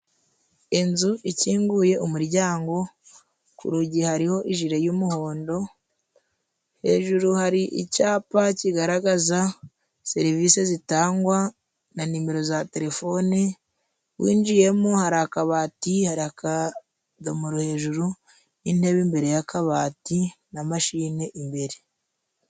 Inzu ikinguye umuryango, ku rugi hariho ijire y'umuhondo, hejuru hari icyapa kigaragaza serivisi zitangwa na nimero za telefone, winjiyemo hari akabati, hari akadomoro hejuru, n'intebe imbere y'akabati, na mashine imbere.